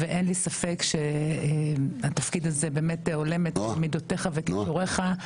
אין לי ספק שהתפקיד הזה באמת הולם את מידותיך וכישוריך.